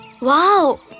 Wow